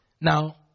Now